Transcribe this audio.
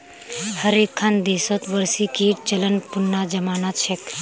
हर एक्खन देशत वार्षिकीर चलन पुनना जमाना छेक